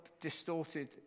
distorted